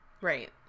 Right